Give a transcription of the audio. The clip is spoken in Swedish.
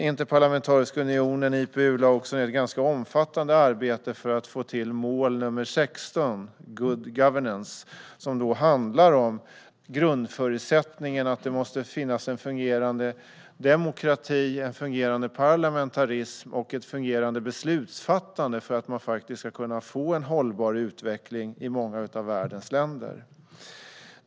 Interparlamentariska unionen, IPU, lade ned ett ganska omfattande arbete för att få till mål nr 16, Good governance, som handlar om grundförutsättningen att det måste finnas en fungerande demokrati, en fungerande parlamentarism och ett fungerande beslutsfattande för att man faktiskt ska kunna få en hållbar utveckling i många av världens länder.